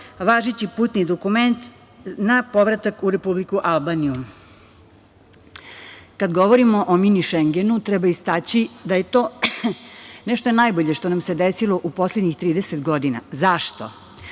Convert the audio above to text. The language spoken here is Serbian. važeći putni dokument na povratak u Republiku Albaniju. Kad govorimo o Mini Šengenu, treba istaći da je to nešto najbolje što nam se desilo u poslednjih 30 godina. Zašto?